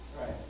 Right